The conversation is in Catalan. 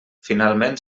finalment